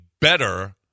better